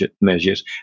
measures